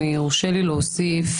אם יורשה לי להוסיף,